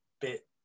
bit